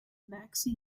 maxi